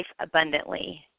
abundantly